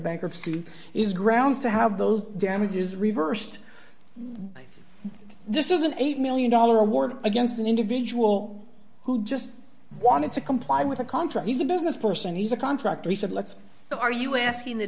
bankruptcy is grounds to have those damages reversed this is an eight million dollars award against an individual who just wanted to comply with a contract he's a business person he's a contractor he said let's go are you asking the